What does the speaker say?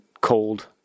cold